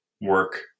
work